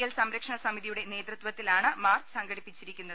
L സംരക്ഷണ സമിതിയുടെ നേതൃത്വത്തിലാണ് മാർച്ച് സംഘടിപ്പിച്ചിരിക്കുന്നത്